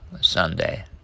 Sunday